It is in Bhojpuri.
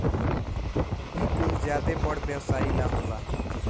इ कुल ज्यादे बड़ व्यवसाई ला होला